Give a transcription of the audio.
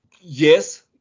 Yes